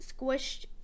squished